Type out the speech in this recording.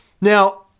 Now